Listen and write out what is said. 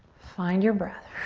find your breath.